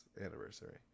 anniversary